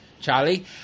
Charlie